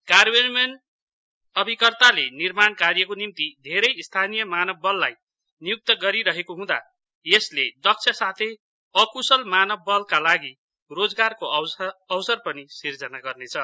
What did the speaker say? कार्यान्वयन अभिकर्ताले निर्माण कार्यको निम्ति धेरै स्थानीय मानव बललाई नियुक्त गरिरहेको हँदा यसले दक्ष साथै अक्शल मानव बलका लागि रोजगारको अवसर पनि सिर्जना गर्नेछ